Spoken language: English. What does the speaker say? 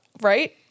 Right